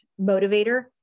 motivator